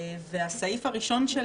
הסעיף הראשון של